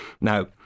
Now